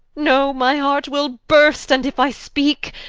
no, my heart will burst, and if i speake,